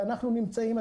ואנחנו נמצאים,